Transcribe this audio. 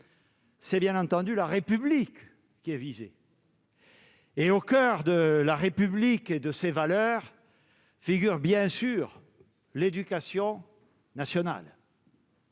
c'est bien la République qui est visée. Au coeur de la République et de ses valeurs figurent évidemment l'éducation nationale,